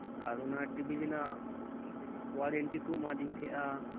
ᱟᱨ ᱚᱱᱟ ᱴᱤᱵᱷᱤ ᱨᱮᱭᱟᱜ ᱳᱣᱟᱨᱮᱱᱴᱤ ᱠᱚ ᱮᱢᱟᱫᱤᱧ ᱛᱟᱦᱮᱸᱫᱼᱟ